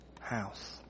house